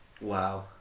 Wow